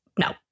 no